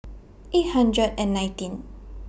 eight hundred and nineteen